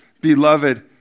Beloved